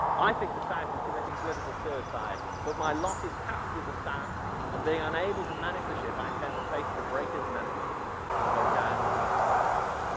i think the south is committing political suicide but my lot is cast with the south and being unable to manage the shift, i intend to face the breakers manfully and go down with my companions.